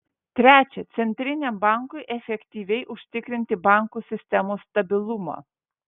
trečia centriniam bankui efektyviai užtikrinti bankų sistemos stabilumą